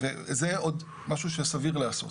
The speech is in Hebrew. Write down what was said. וזה משהו שסביר לעשות.